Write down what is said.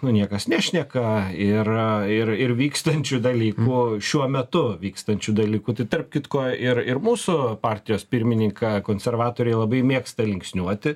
nu niekas nešneka ir ir ir vykstančių dalykų šiuo metu vykstančių dalykų tai tarp kitko ir ir mūsų partijos pirmininką konservatoriai labai mėgsta linksniuoti